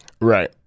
Right